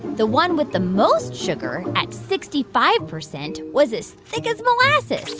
the one with the most sugar at sixty five percent was as thick as molasses.